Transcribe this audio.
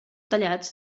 tallats